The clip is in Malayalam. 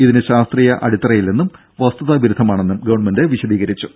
ഇതിന് ശാസ്ത്രീയമായ അടിത്തറയില്ലെന്നും വസ്തുതാ വിരുദ്ധമാണെന്നും ഗവൺമെന്റ് വിശദീകരിച്ചു